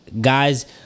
guy's